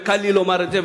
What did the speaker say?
וקל לי לומר את זה,